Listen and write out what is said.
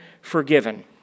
forgiven